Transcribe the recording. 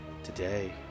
Today